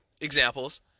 examples